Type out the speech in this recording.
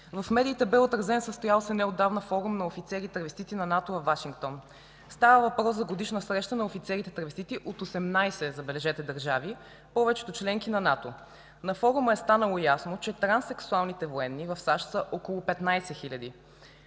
В медиите бе отразен състоял се неотдавна форум на офицери травестити на НАТО във Вашингтон. Става въпрос за годишна среща на офицерите травестити от 18, забележете, държави, повечето членки на НАТО. На форума е станало е ясно, че транссексуалните военни в САЩ са около 15